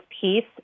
peace